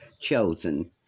chosen